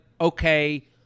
okay